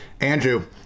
Andrew